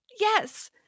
Yes